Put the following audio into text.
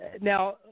Now